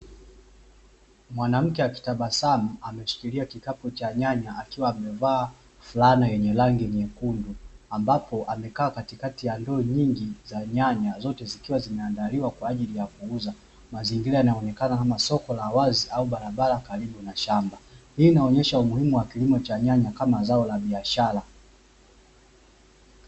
Mwanamke akitabasamu ameshikilia kikapu cha nyanya, akiwa amevaa fulana yenye rangi nyekundu, ambapo amekaa katikati ya ndoa nyingi za nyanya, zote zikiwa zinaandaliwa kwa ajili ya kuuza, mazingira yanaonekana kama soko la wazi au barabara karibu na shamba hii inaonyesha umuhimu wa kilimo cha nyanya kama zao la biashara.